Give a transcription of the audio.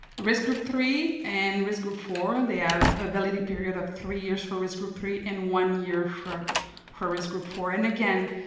risk group three and risk group four and they have a validity period of three years for risk group three, and one year for for risk group four. and again,